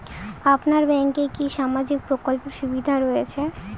আপনার ব্যাংকে কি সামাজিক প্রকল্পের সুবিধা রয়েছে?